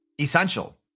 Essential